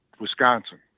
Wisconsin